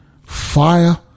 fire